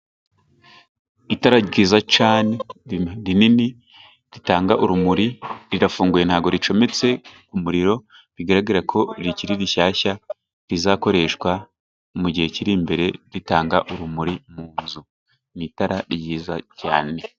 Itara ryiza cyane rinini ritanga urumuri, rirafunguye ntabwo ricometse ku muriro, bigaragara ko rikiri rishyashya, rizakoreshwa mu gihe kiri imbere ritanga urumuri mu nzu. Ni itara ryiza cyane.